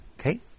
Okay